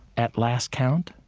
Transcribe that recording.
at last count,